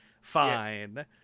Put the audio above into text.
Fine